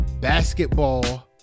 Basketball